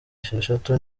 esheshatu